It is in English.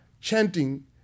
chanting